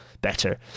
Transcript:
better